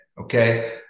okay